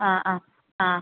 ആ ആ ആ